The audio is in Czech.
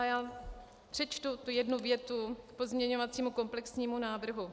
Já přečtu jednu větu k pozměňovacímu komplexnímu návrhu.